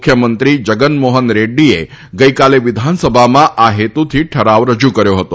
મુખ્યમંત્રી જગનમોહન રેડ્ડીએ ગઇકાલે વિધાનસભામાં આ હેતુથી ઠરાવ રજુ કર્યો હતો